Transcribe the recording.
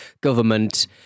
government